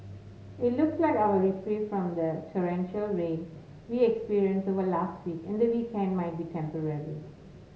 it looks like our reprieve from the torrential rain we experienced over last week and the weekend might be temporary